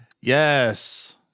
Yes